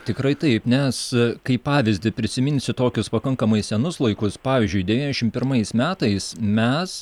tikrai taip nes kaip pavyzdį prisiminsiu tokius pakankamai senus laikus pavyzdžiui devyniasdešim pirmais metais mes